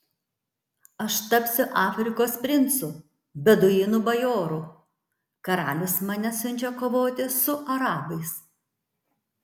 aš tapsiu afrikos princu beduinų bajoru karalius mane siunčia kovoti su arabais